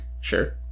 Sure